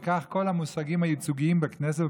וכך כל המושגים הייצוגיים בכנסת,